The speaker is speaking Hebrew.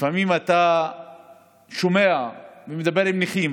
לפעמים אתה שומע ומדבר עם נכים,